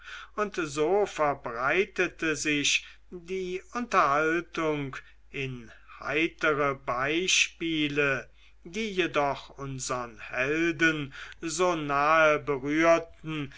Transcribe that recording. und so verbreitete sich die unterhaltung in heitere beispiele die jedoch unsern helden so nahe berührten